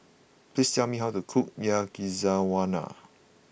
please tell me how to cook Yakizakana